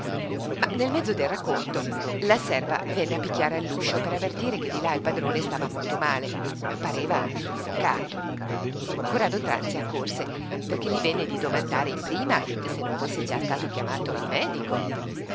ma nel mezzo del racconto la serva venne a picchiare all'uscio per avvertire che di là il padrone stava molto male pareva soffocato corrado tranzi accorse perché gli venne di domandare in prima se non fosse stato già chiamato il medico